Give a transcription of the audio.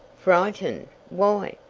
frightened! why,